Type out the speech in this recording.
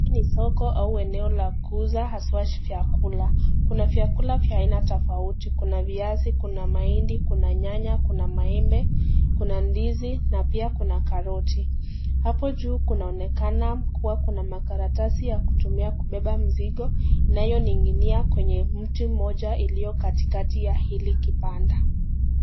Hii ni soko au eneo la kuuza haswaa vyakula. Kuna vyakula vya aina tofauti, kuna viazi kuna mahindi kuna nyanya kuna maembe kuna ndizi na pia kuna karoti. Hapo juu kunaonekana kuwa kuna makaratasi ya kutumia kubeba mizigo inayo ning'inia kwenye mti mmoja iliyo katikati ya hili kibanda.